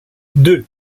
deux